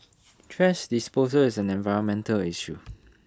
thrash disposal is an environmental issue